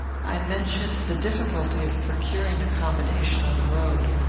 i mentioned the difficulty of procuring accommodation on the road.